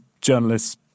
journalists